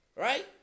Right